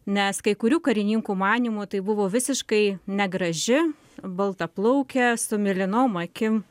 nes kai kurių karininkų manymu tai buvo visiškai negraži balta plaukė su mėlynom akim